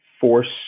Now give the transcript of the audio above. force